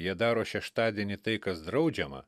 jie daro šeštadienį tai kas draudžiama